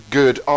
good